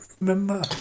remember